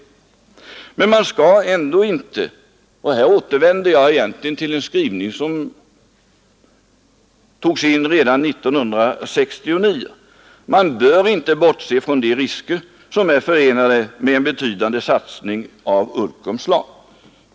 Men man skall ändå inte — och här återvänder jag egentligen till den skrivning som togs in redan 1969 — bortse från de risker som är förenade med en betydande satsning av Uddcombs slag.